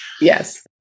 yes